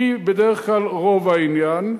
היא בדרך כלל רוב העניין,